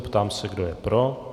Ptám se, kdo je pro.